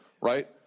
right